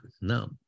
no